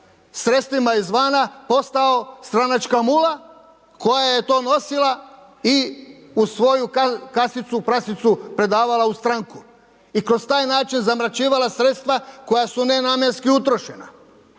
sredstvima iz vana postao stranačka mula koja je to nosila i u svoju kasicu prasicu predavala u stranku i kroz taj način zamračivala sredstva koja su nenamjenski utrošena.